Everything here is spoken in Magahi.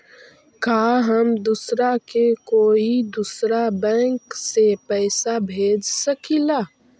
का हम दूसरा के कोई दुसरा बैंक से पैसा भेज सकिला?